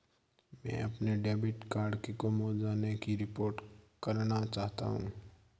मैं अपने debit card के गुम हो जाने की रिपोर्ट करना चाहता हूँ